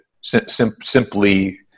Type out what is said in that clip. simply